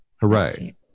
Hooray